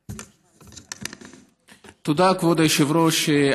תודה, כבוד היושב-ראש.